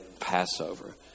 Passover